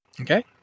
Okay